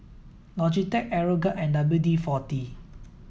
Logitech Aeroguard and W D forty